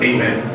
Amen